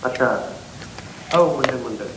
आच्चा औ मोन्दों मोन्दों